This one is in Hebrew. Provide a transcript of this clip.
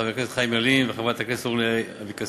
חבר הכנסת חיים ילין וחברת הכנסת אורלי אבקסיס